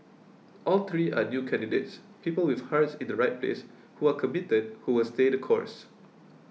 all three are new candidates people with hearts in the right place who are committed who will stay the course